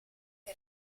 che